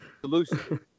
solution